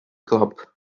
club